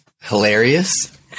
Hilarious